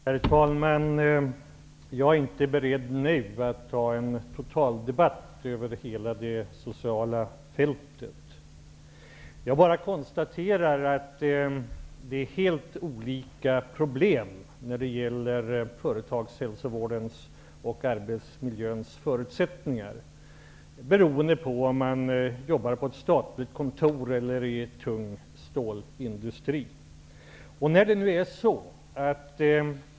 Herr talman! Jag är inte beredd att nu ta en totaldebatt om hela det sociala fältet. Jag konstaterar bara att problemen när det gäller företagshälsovården och arbetsmiljövården är helt olika beroende på om man jobbar på ett statligt kontor eller i en tung stålindustri.